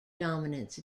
dominance